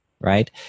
right